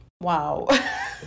wow